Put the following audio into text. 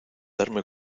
darme